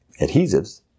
adhesives